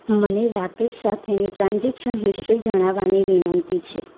મને રાકેશ સાથેની transaction history જણાવવાની વિનંતી છે